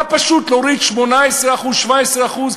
מה פשוט יותר מלהוריד 18%, 17%?